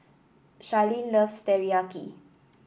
Charlene loves Teriyaki